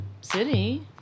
City